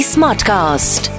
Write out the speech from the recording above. Smartcast